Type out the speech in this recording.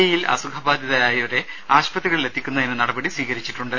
ഇയിൽ അസുഖബാധിതരായവരെ ആശുപത്രി കളിലെത്തിക്കുന്നതിന് നടപടി സ്വീകരിച്ചിട്ടുണ്ട്